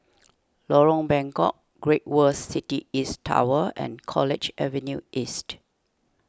Lorong Bengkok Great World City East Tower and College Avenue East